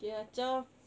okay ah chao